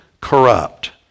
corrupt